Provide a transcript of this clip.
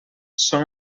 són